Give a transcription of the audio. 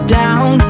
down